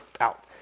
out